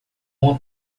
uma